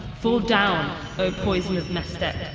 fall down, o poison of mestet!